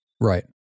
right